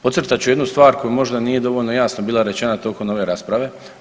Podcrtat ću jednu stvar koja možda nije dovoljno jasno bila rečena tokom ove rasprave.